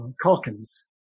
Calkins